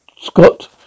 Scott